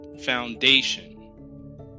foundation